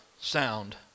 sound